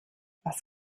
was